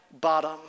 bottom